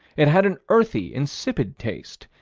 it had an earthy, insipid taste,